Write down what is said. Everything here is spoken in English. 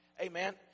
Amen